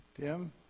Tim